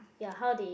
ya how they